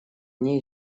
они